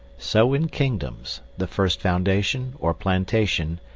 so in kingdoms, the first foundation, or plantation,